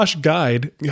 guide